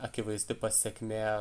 akivaizdi pasekmė